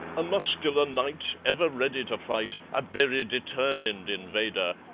a muscular knight, ever ready to fight, a very determined invader,